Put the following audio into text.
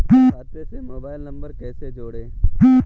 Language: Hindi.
खाते से मोबाइल नंबर कैसे जोड़ें?